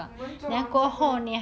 我们做完这个